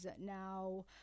Now